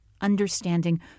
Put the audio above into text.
understanding